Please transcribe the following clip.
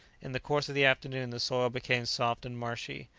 in the course of the afternoon, the soil became soft and marshy.